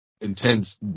intense